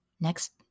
Next